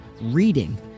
reading